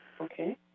Okay